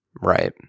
right